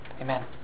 Amen